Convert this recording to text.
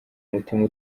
umutima